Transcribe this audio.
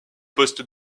poste